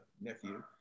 nephew